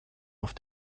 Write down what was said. auf